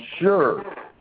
sure